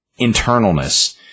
internalness